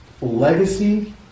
legacy